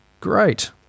great